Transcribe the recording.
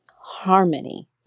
harmony